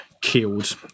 killed